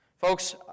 folks